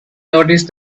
noticed